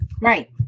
Right